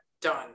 done